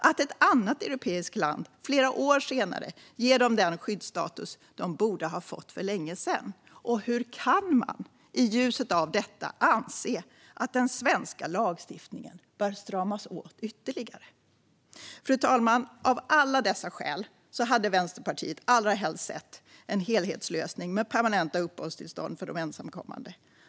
Att ett annat europeiskt land flera år senare ger dem den skyddsstatus de borde ha fått för länge sedan? Och hur kan man, i ljuset av detta, anse att den svenska lagstiftningen bör stramas åt ytterligare? Fru talman! Av alla dessa skäl hade Vänsterpartiet allra helst sett en helhetslösning med permanenta uppehållstillstånd för de ensamkommande.